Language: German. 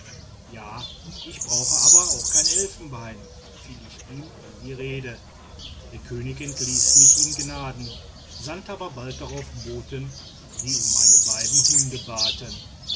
ja ich brauche aber auch kein elfenbein fiel ich ihm in die rede der könig entließ mich in gnaden sandte aber bald darauf boten die um meine beiden hunde baten